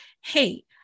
Hey